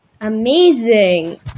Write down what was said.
Amazing